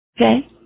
okay